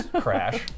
crash